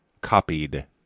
copied